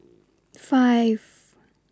five